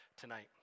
tonight